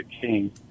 King